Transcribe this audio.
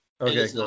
Okay